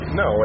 no